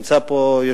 תודה.